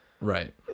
Right